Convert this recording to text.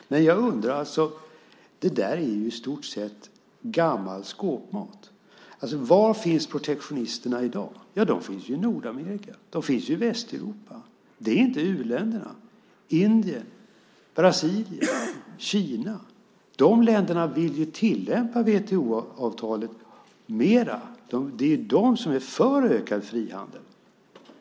Men det där är i stort sett gammal skåpmat. Jag undrar alltså: Var finns protektionisterna i dag? Jo, de finns i Nordamerika. De finns i Västeuropa. Det är inte u-länderna. Indien, Brasilien och Kina är de länder som vill tillämpa WTO-avtalet mer. Det är de som är för ökad frihandel.